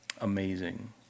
Amazing